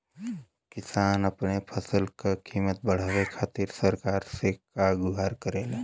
किसान अपने फसल क कीमत बढ़ावे खातिर सरकार से का गुहार करेला?